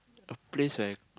a place I